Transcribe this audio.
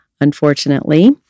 unfortunately